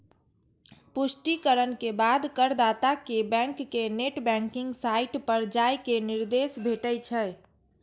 पुष्टिकरण के बाद करदाता कें बैंक के नेट बैंकिंग साइट पर जाइ के निर्देश भेटै छै